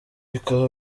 bikaba